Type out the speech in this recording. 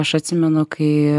aš atsimenu kai